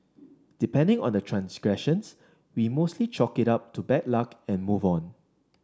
depending on the transgressions we mostly chalk it up to bad luck and move on